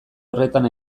horretan